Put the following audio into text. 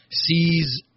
sees